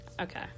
Okay